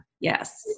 yes